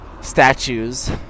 statues